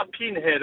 pinhead